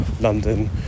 London